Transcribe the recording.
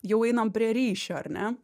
jau einam prie ryšio ar ne